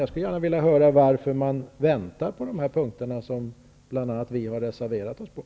Jag skulle också vilja höra varför man väntar angående de punkter där vi har reserverat oss.